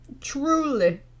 Truly